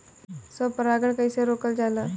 स्व परागण कइसे रोकल जाला?